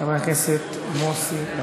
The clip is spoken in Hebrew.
חבר הכנסת עמר בר-לב, ואחריו, חבר הכנסת מוסי רז.